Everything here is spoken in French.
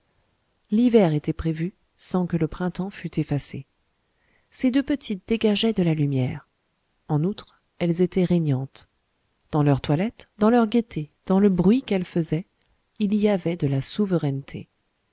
l'hiver était prévu sans que le printemps fût effacé ces deux petites dégageaient de la lumière en outre elles étaient régnantes dans leur toilette dans leur gaîté dans le bruit qu'elles faisaient il y avait de la souveraineté